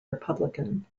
republican